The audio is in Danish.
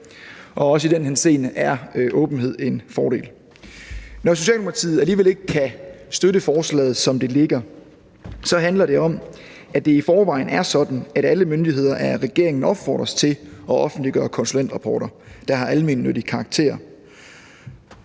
Også i den henseende er åbenhed en fordel. Når Socialdemokratiet alligevel ikke kan støtte forslaget, som det ligger, handler det om, at det i forvejen er sådan, at alle myndigheder af regeringen opfordres til at offentliggøre konsulentrapporter, der har almennyttig karakter.